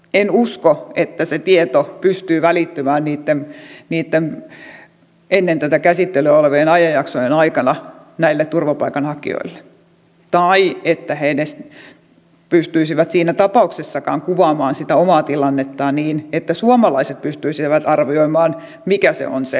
en usko että se tieto pystyy välittymään niitten ennen tätä käsittelyä olevien ajanjaksojen aikana turvapaikanhakijoille tai että he edes pystyisivät siinä tapauksessakaan kuvaamaan sitä omaa tilannettaan niin että suomalaiset pystyisivät arvioimaan mikä se on se oikeusavun tarve